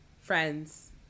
friends